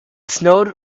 snowed